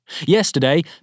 Yesterday